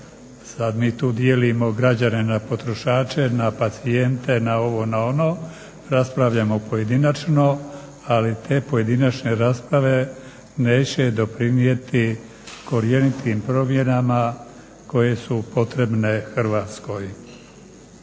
Sad mi tu dijelimo građane na potrošače, na pacijente, na ovo, na ono, raspravljamo pojedinačno ali te pojedinačne rasprave neće doprinijeti korijenitim promjenama koje su potrebne Hrvatskoj.